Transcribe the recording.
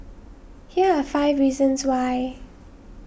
here are five reasons why